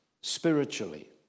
spiritually